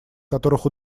которых